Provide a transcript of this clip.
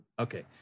Okay